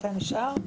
אתה נשאר?